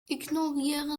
ignoriere